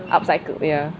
upcycled ya